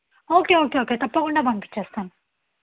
okay okay తప్పకుండా పంపిచేస్తాను